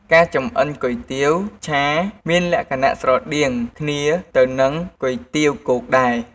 ការចម្អិនគុយទាវឆាមានលក្ខណៈស្រដៀងគ្នាទៅនឺងគុយទាវគោកដែរ។